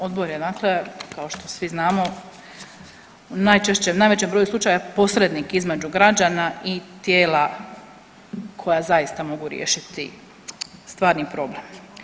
Odbor je dakle, kao što svi znamo, najčešće, u najvećem broju slučaja, posrednik između građana i tijela koja zaista mogu riješiti stvarni problem.